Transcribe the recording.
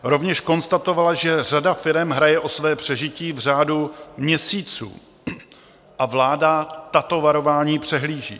Rovněž konstatovala, že řada firem hraje o své přežití v řádu měsíců, a vláda tato varování přehlíží.